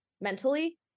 mentally